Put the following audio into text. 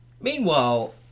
Meanwhile